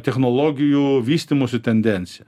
technologijų vystymosi tendencija